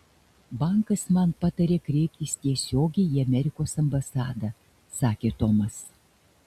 bankas man patarė kreiptis tiesiogiai į amerikos ambasadą sakė tomas